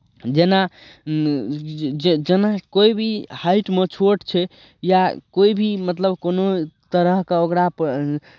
जेना जे जे जेना कोइ भी हाइटमे छोट छै या कोइ भी मतलब कोनो तरहके ओकरापर